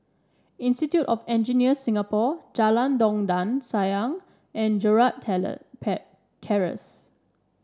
Institute of Engineers Singapore Jalan Dondang Sayang and Gerald Terrace